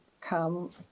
come